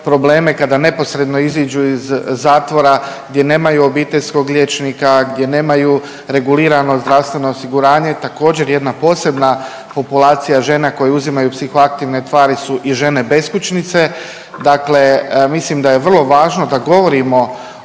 kada neposredno iziđu iz zatvora, gdje nemaju obiteljskog liječnika, gdje nemaju regulirano zdravstveno osiguranje također jedna posebna populacija žena koje uzimaju psihoaktivne tvari su i žene beskućnice. Dakle, mislim da je vrlo važno da govorimo